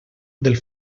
del